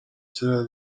kiriya